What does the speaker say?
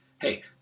hey